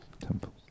Temples